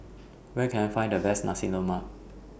Where Can I Find The Best Nasi Lemak